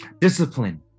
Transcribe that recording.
Discipline